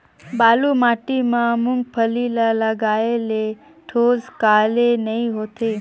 बालू माटी मा मुंगफली ला लगाले ठोस काले नइ होथे?